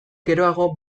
geroago